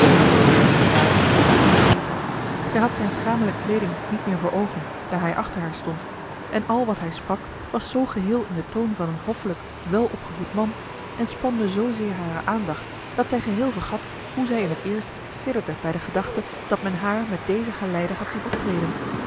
inderdaad dat was haar vergeten zij had zijne schamele kleeding niet meer voor oogen daar hij achter haar stond en al wat hij sprak was zoo geheel in den toon van een hoffelijk welopgevoed man en spande zoozeer hare aandacht dat zij geheel vergat hoe zij in t eerst sidderde bij de gedachte dat men haar met dezen geleider had zien optreden